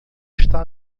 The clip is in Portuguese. está